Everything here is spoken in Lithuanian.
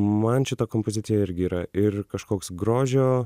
man šita kompozicija irgi yra ir kažkoks grožio